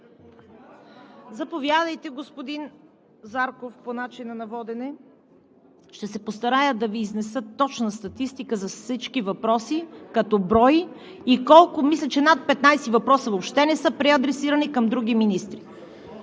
Заповядайте, господин Зарков, по начина на водене. Ще се постарая да Ви изнеса точна статистика за всички въпроси като брой и колко, мисля че над 15 въпроса, въобще не са преадресирани към други министри.